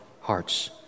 hearts